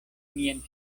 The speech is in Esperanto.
mian